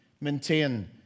maintain